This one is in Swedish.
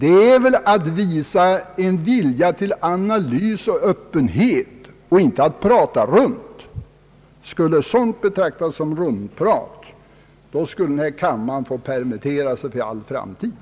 Det är väl att visa en vilja till analys och öppenhet och inte att prata runt. Skulle sådant betraktas såsom rundprat, skulle denna kammare få permittera sig för all framtid.